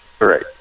right